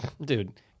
Dude